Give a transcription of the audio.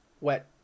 wet